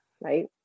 right